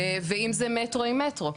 ואם זה מטרו עם מטרו,